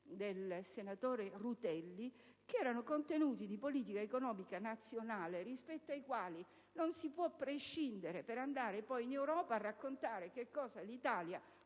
del senatore Rutelli, che erano contenuti di politica economica nazionale, rispetto ai quali non si può prescindere, per andare poi in Europa a raccontare cosa l'Italia